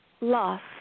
loss